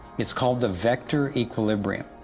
it's called the vector equilibrium,